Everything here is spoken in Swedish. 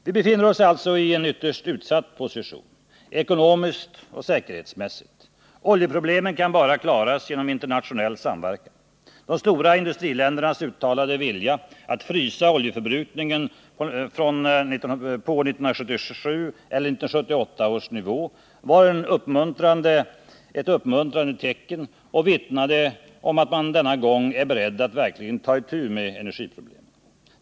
Vi befinner oss alltså i en ytterst utsatt position, ekonomiskt och säkerhetsmässigt. Oljeproblemen kan bara klaras genom internationell samverkan. De stora industriländernas uttalade vilja att frysa oljeförbrukningen på 1977 eller 1978 års nivå var ett uppmuntrande tecken och vittnade om att man denna gång är beredd att verkligen ta itu med energiproblemen.